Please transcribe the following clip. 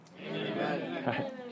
Amen